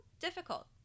difficult